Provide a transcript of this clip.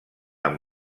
amb